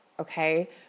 okay